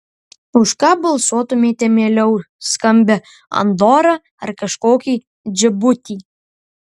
už ką balsuotumėte mieliau skambią andorą ar kažkokį džibutį